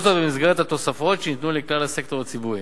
כל זאת במסגרת התוספות שניתנו לכלל הסקטור הציבורי.